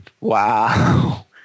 Wow